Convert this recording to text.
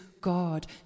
God